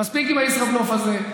מספיק עם הישראבלוף הזה,